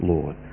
Lord